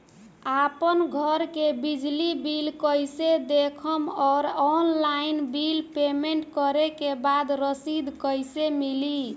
आपन घर के बिजली बिल कईसे देखम् और ऑनलाइन बिल पेमेंट करे के बाद रसीद कईसे मिली?